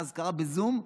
הוא עשה אזכרה בזום,